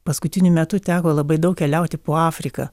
paskutiniu metu teko labai daug keliauti po afriką